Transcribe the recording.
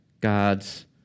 God's